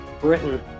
Britain